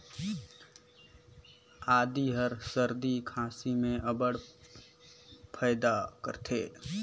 आदी हर सरदी खांसी में अब्बड़ फएदा करथे